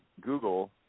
Google